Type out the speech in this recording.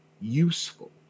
useful